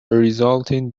resulting